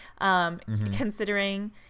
considering